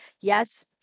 yes